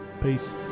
Peace